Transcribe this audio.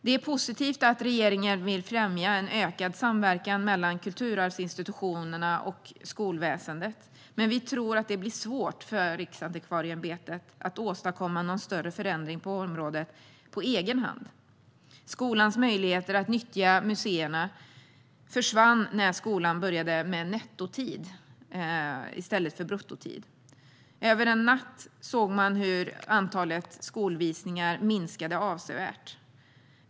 Det är positivt att regeringen vill främja en ökad samverkan mellan kulturarvsinstitutionerna och skolväsendet, men vi tror att det blir svårt för Riksantikvarieämbetet att åstadkomma någon större förändring på området på egen hand. Skolans möjligheter att nyttja museerna försvann när skolan började med nettotid i stället för bruttotid. Över en natt minskade antalet skolvisningar avsevärt.